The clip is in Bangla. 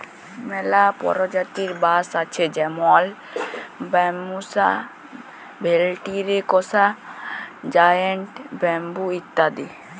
ম্যালা পরজাতির বাঁশ আছে যেমল ব্যাম্বুসা ভেলটিরিকসা, জায়েল্ট ব্যাম্বু ইত্যাদি